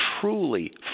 truly